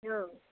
औ